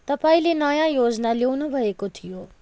तपाईँले नयाँ योजना ल्याउनु भएको थियो